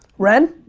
ren?